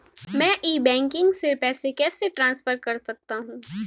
मैं e banking से पैसे कैसे ट्रांसफर कर सकता हूं?